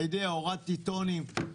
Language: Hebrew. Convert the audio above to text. אתה יודע הורדתי טונים.